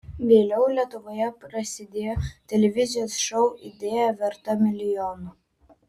vėliau lietuvoje prasidėjo televizijos šou idėja verta milijono